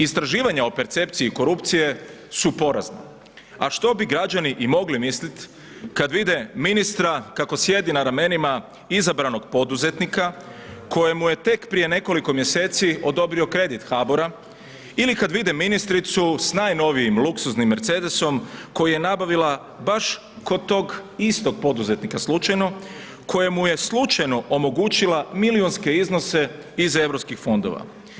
Istraživanje o percepcije korupcije su porazne, a što bi građani i mogli misliti, kada vide ministra kako sjedi na ramenima, izabranog poduzetnika, kojemu je tek prije nekoliko mjeseci odobrio kredit HBOR-a ili kada vide ministricu, s najnovijem luksuznim Mercedesom, koje je nabavila baš kod tog istog poduzetnika, slučajno, kojemu je slučajno omogućila milijunske iznose iz europskih fondova.